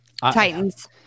Titans